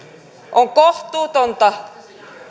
on kohtuutonta